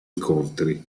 incontri